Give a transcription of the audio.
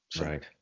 Right